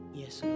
yes